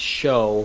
show